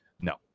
no